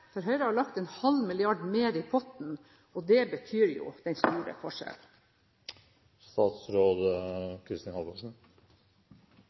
for Høyre har lagt en halv milliard kroner mer i potten. Det er jo den store forskjellen.